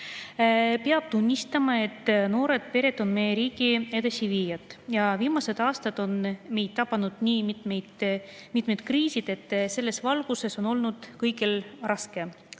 tunnistama, et noored pered on meie riigi edasiviijad. Viimased aastad on meid tabanud nii mitmed kriisid, et selles valguses on olnud kõigil raske